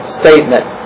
statement